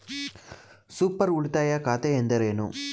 Super ಉಳಿತಾಯ ಖಾತೆ ಎಂದರೇನು?